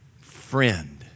friend